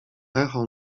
echo